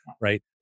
Right